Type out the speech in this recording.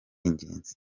ingenzi